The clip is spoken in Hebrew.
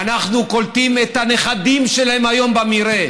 ואנחנו קולטים את הנכדים שלהם היום במרעה.